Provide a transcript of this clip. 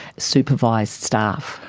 supervised staff.